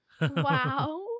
Wow